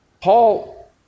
Paul